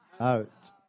Out